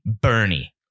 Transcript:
Bernie